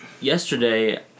yesterday